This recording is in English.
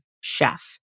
chef